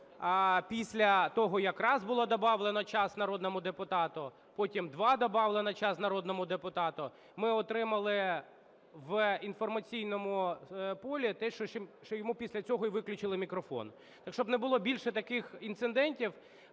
після того, як раз було добавлено час народному депутату, потім два добавлено час народному депутату, ми отримали в інформаційному полі те, що йому після цього й виключили мікрофон. Так щоб не було більше таких інцидентів,